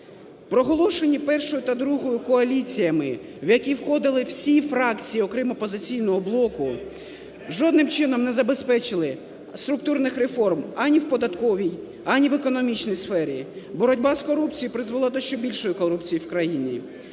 Проголошені першою та другою коаліціями, в які входили всі фракції, окрім "Опозиційного блоку", жодним чином не забезпечили структурних реформ ані в податковій, ані в економічній сфері. Боротьба із корупцією призвела до ще більшої корупції в країні.